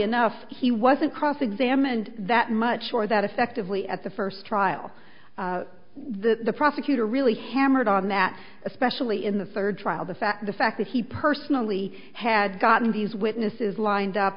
enough he wasn't cross examined that much or that effectively at the first trial that the prosecutor really hammered on that especially in the third trial the fact the fact that he personally had gotten these witnesses lined up